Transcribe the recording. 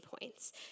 points